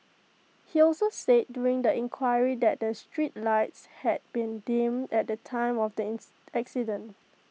he also said during the inquiry that the street lights had been dim at the time of the accident